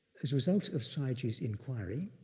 as a result of sayagyi's inquiry,